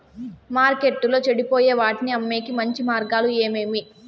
మార్కెట్టులో చెడిపోయే వాటిని అమ్మేకి మంచి మార్గాలు ఏమేమి